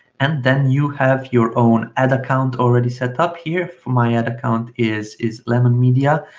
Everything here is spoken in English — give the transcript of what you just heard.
and then you have your own ad account already set up here for my ad account is is lemon media.